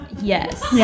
Yes